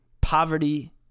Poverty